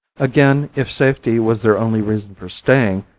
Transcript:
again, if safety was their only reason for staying,